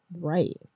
right